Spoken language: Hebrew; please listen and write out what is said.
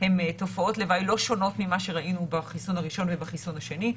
הן תופעות לוואי לא שונות ממה שראינו בחיסון הראשון ובחיסון השני.